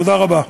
תודה רבה.